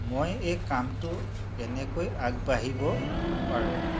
মই এই কামটো কেনেকৈ আগবাঢ়িব পাৰোঁ